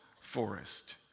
forest